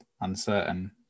uncertain